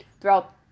throughout